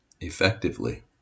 effectively